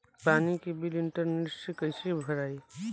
पानी के bill internet से कइसे भराई?